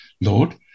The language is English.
Lord